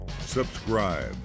subscribe